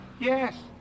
Yes